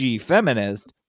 feminist